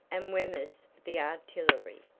and wemyss the artillery.